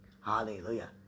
Hallelujah